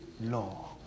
law